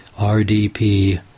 RDP